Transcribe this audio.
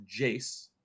Jace